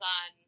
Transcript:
on